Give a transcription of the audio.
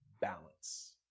balance